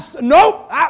nope